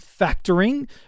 factoring